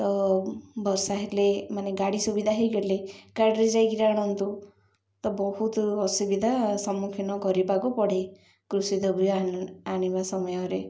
ତ ବର୍ଷା ହେଲେ ମାନେ ଗାଡ଼ି ସୁବିଧା ହୋଇଗଲେ ଗାଡ଼ିରେ ଯାଇକି ଆଣନ୍ତୁ ତ ବହୁତ ଅସୁବିଧା ସମ୍ମୁଖୀନ କରିବାକୁ ପଡ଼େ କୃଷିଦ୍ରବ୍ୟ ଆଣିବା ସମୟରେ